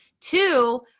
Two